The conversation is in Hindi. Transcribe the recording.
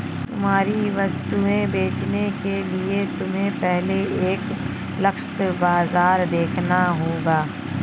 तुम्हारी वस्तुएं बेचने के लिए तुम्हें पहले एक लक्षित बाजार देखना होगा